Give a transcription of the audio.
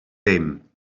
ddim